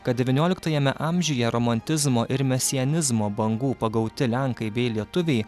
kad devynioliktajame amžiuje romantizmo ir mesianizmo bangų pagauti lenkai bei lietuviai